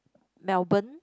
Melbourne